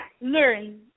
learn